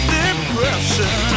depression